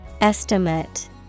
Estimate